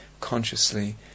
consciously